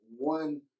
one